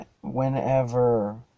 whenever